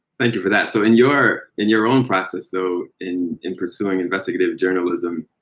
thank you for that. so in your in your own process, though, in in pursuing investigative journalism,